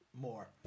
more